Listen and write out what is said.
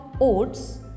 oats